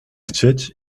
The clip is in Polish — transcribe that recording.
chcieć